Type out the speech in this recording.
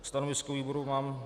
Stanovisko výboru mám...